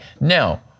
Now